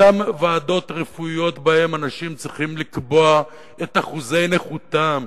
אותן ועדות רפואיות שבהן אנשים צריכים לקבוע את אחוזי נכותם,